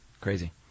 Crazy